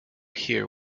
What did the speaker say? hear